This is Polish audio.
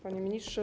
Panie Ministrze!